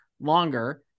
longer